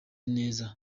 neza